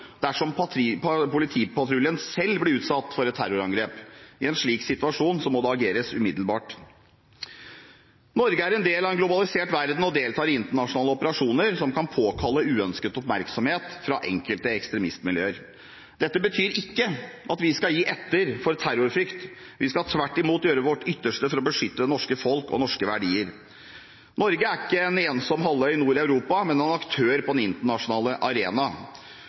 dersom politipatruljen selv blir utsatt for et terrorangrep. I en slik situasjon må det ageres umiddelbart. Norge er en del av en globalisert verden og deltar i internasjonale operasjoner som kan påkalle uønsket oppmerksomhet fra enkelte ekstremistmiljøer. Dette betyr ikke at vi skal gi etter for terrorfrykt. Vi skal tvert imot gjøre vårt ytterste for å beskytte det norske folk og norske verdier. Norge er ikke en ensom halvøy nord i Europa, men en aktør på den internasjonale arena.